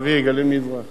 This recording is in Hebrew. הגליל המזרחי,